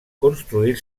construir